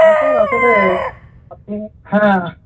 হ্যাঁ স্যার আসলে আপনি হ্যাঁ